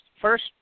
first